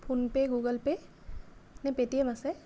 phone pay Google Pay নে Paytm আছে